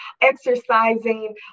exercising